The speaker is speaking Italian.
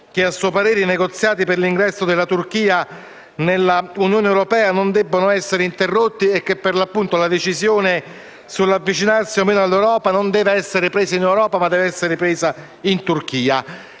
che, a suo parere, i negoziati per l'ingresso della Turchia nell'Unione europea non debbono essere interrotti e che la decisione sull'avvicinarsi o meno all'Europa deve essere presa non in Europa, ma in Turchia.